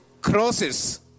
crosses